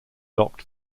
locked